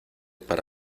para